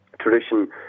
tradition